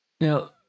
Now